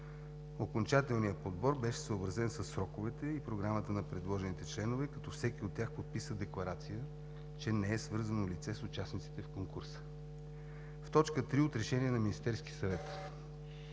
Окончателният подбор беше съобразен със сроковете и програмата на предложените членове, като всеки от тях подписа декларация, че не е свързано лице с участниците в конкурса. В т. 3 от Решение на Министерския съвет